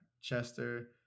Chester